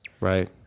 right